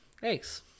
Thanks